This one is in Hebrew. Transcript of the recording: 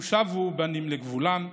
ושבו בנים לגבולם".